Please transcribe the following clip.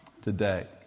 today